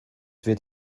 wird